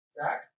Zach